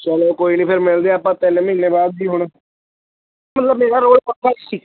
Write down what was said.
ਚਲੋ ਕੋਈ ਨਹੀਂ ਫਿਰ ਮਿਲਦੇ ਆ ਆਪਾਂ ਤਿੰਨ ਮਹੀਨੇ ਬਾਅਦ ਜੀ ਹੁਣ ਮਤਲਬ ਮੇਰਾ ਰੋਲ ਪੱਕਾ ਜੀ